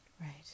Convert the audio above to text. Right